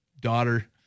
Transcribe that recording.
daughter